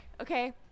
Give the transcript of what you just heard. okay